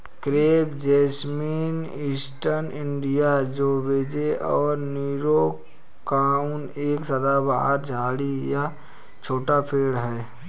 crepe jasmine, East India rosebay और Nero crown एक सदाबहार झाड़ी या छोटा पेड़ है